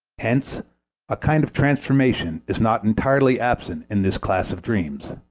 hence a kind of transformation is not entirely absent in this class of dreams,